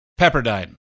Pepperdine